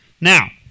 now